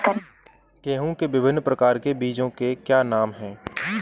गेहूँ के विभिन्न प्रकार के बीजों के क्या नाम हैं?